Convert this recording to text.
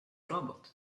roboti